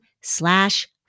slash